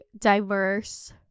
diverse